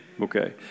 Okay